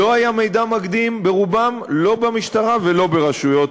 לא היה מידע מקדים ברובם, לא במשטרה ולא ברשויות